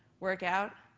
work out,